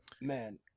man